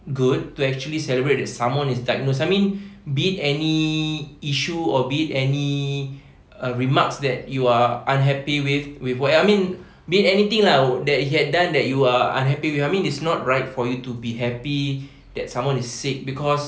good to actually celebrate that someone is diagnosed I mean be it any issue or be it any remarks that you are unhappy with with what I mean be it anything lah that he had done that you are unhappy with I mean it's not right for you to be happy that someone is sick cause